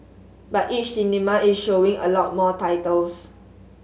but each cinema is showing a lot more titles